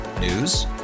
News